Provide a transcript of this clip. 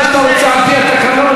תגיד מה שאתה רוצה על-פי התקנון.